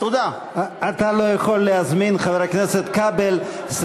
אתה לא יכול להזמין, חבר הכנסת כבל, אדוני צודק.